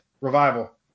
Revival